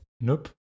Nope